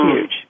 huge